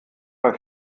bei